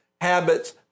habits